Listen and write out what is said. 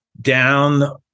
down